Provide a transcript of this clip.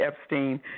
Epstein